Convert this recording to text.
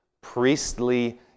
priestly